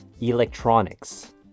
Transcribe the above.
electronics